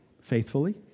faithfully